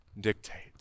dictates